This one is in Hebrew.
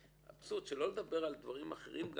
שלא לדבר על דברים אחרים.